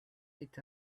est